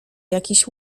jakiś